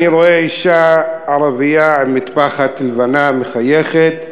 אני רואה אישה ערבייה עם מטפחת לבנה מחייכת,